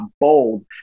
bold